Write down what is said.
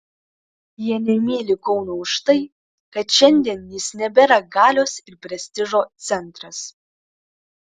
jie nemyli kauno už tai kad šiandien jis nebėra galios ir prestižo centras